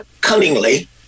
cunningly